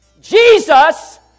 Jesus